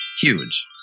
huge